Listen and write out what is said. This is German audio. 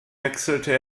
wechselte